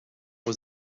was